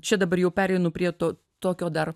čia dabar jau pereinu prie to tokio dar